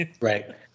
Right